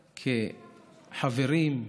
כחברים,